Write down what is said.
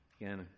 again